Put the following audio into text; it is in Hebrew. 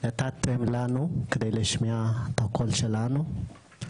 נתתם לנו כדי להשמיע את הקול שלנו,